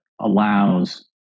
allows